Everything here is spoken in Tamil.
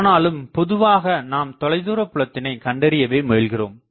ஆனாலும் பொதுவாக நாம் தொலைதூர புலத்தினை கண்டறியவே முயல்கிறோம்